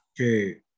Okay